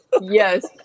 yes